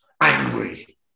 angry